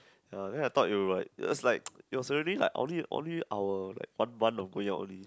ya then I thought it will like it's like it was only like only only our like one month of going out only